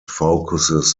focuses